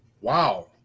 Wow